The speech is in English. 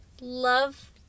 love